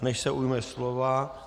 Než se ujme slova...